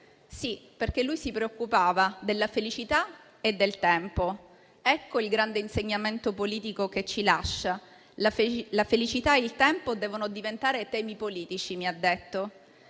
Sì, perché lui si preoccupava della felicità e del tempo. Ecco il grande insegnamento politico che ci lascia: la felicità e il tempo devono diventare temi politici, mi ha detto.